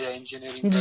engineering